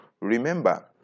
remember